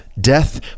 death